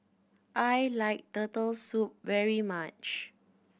I like Turtle Soup very much